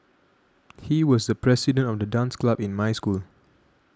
he was the president of the dance club in my school